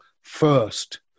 first